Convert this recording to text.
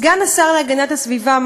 סגן השר להגנת הסביבה,